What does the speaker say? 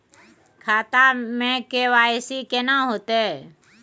खाता में के.वाई.सी केना होतै?